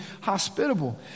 hospitable